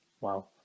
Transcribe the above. Wow